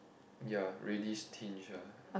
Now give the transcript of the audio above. ya reddish tinge ah